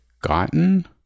gotten